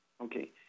Okay